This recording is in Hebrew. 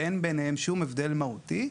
שאין ביניהן שום הבדל מהותי,